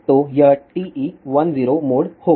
तो यह TE10 mode होगा